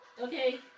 Okay